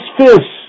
fish